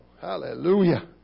Hallelujah